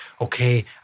okay